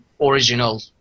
original